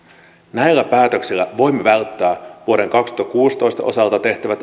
näillä päätöksillä voimme välttää vuoden kaksituhattakuusitoista osalta tehtävät